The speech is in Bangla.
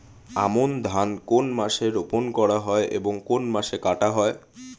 আমন ধান কোন মাসে রোপণ করা হয় এবং কোন মাসে কাটা হয়?